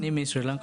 אני מסרילנקה.